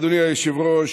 אדוני היושב-ראש,